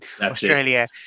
Australia